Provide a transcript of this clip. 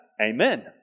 Amen